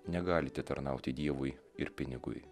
negalite tarnauti dievui ir pinigui